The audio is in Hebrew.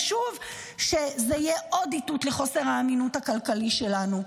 שוב זה יהיה עוד איתות לחוסר האמינות הכלכלי שלנו.